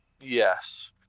Yes